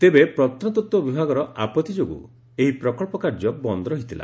ତେବେ ପ୍ରତ୍ନତତ୍ତ୍ ବିଭାଗର ଆପଉି ଯୋଗୁଁ ଏହି ପ୍ରକବ୍ବ କାର୍ଯ୍ୟ ବନ୍ଦ ରହିଥିଲା